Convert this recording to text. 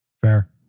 Fair